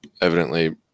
evidently